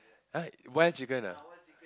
!huh! one chicken ah